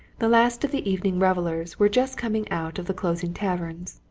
the last of the evening revellers were just coming out of the closing taverns,